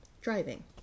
driving